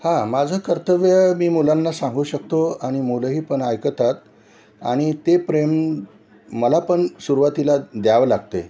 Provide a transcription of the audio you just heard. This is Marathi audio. हां माझं कर्तव्य मी मुलांना सांगू शकतो आणि मुलंही पण ऐकतात आणि ते प्रेम मला पण सुरुवातीला द्यावं लागते